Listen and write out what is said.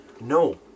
No